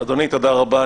תודה רבה.